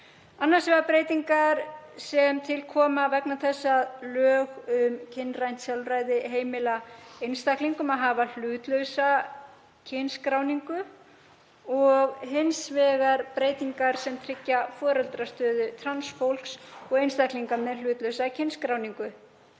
annars vegar breytingar sem til koma vegna þess að lög um kynrænt sjálfræði heimila einstaklingum að hafa hlutlausa kynskráningu og hins vegar breytingar sem tryggja foreldrastöðu trans fólks og einstaklinga með hlutlausa kynskráningu.